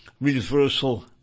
reversal